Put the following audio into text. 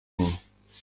kumwe